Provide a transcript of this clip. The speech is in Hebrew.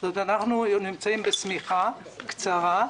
אנחנו נמצאים בשמיכה קצרה,